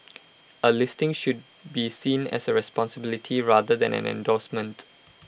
A listing should be seen as A responsibility rather than an endorsement